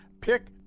pick